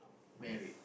married